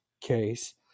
case